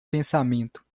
pensamento